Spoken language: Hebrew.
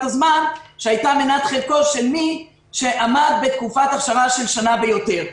הזמן שהייתה מנת חלקו של מי שעמד בתקופת אכשרה של שנה ויותר.